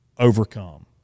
overcome